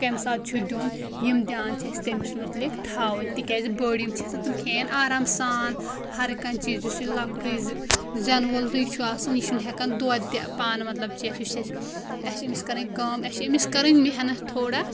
کَمہِ ساتہٕ چھُ دیُن یِم دیان چھِ اَسہِ تٔمِس متلق تھَاوُن تِکیازِ بٔڑۍ یِم چھِ آسَان تِم کھٮ۪ن آرام سان ہر کانٛہہ چیٖز یُس یہِ لۄکٹُے زِ زٮ۪نہٕ وول چھُ آسَان یہِ چھُنہٕ ہیٚکان دۄد تہِ پانہٕ مطلب چٮ۪تھ اَسہِ چھِ أمِس کَرٕنۍ کٲم اَسہِ چھِ أمِس کَرٕنۍ محنت تھوڑا